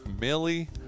millie